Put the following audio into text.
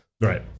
right